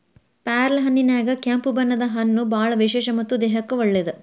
ಪ್ಯಾರ್ಲಹಣ್ಣಿನ್ಯಾಗ ಕೆಂಪು ಬಣ್ಣದ ಹಣ್ಣು ಬಾಳ ವಿಶೇಷ ಮತ್ತ ದೇಹಕ್ಕೆ ಒಳ್ಳೇದ